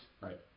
Right